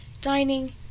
dining